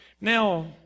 Now